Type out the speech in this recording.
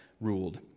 ruled